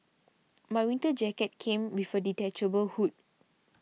my winter jacket came with a detachable hood